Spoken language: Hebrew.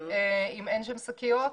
אם אין שם שקיות,